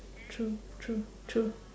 true true true